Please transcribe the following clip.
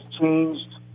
changed